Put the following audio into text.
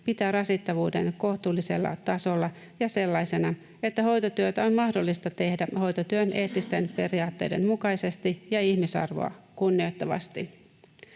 pitää rasittavuuden kohtuullisella tasolla ja sellaisena, että hoitotyötä on mahdollista tehdä hoitotyön eettisten periaatteiden mukaisesti ja ihmisarvoa kunnioittavasti.